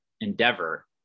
endeavor